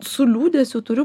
su liūdesiu turiu